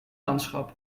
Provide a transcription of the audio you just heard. landschap